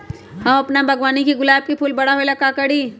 हम अपना बागवानी के गुलाब के फूल बारा होय ला का करी?